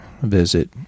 visit